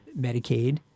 Medicaid